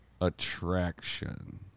Attraction